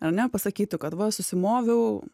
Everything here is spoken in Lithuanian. ar ne pasakytų kad va susimoviau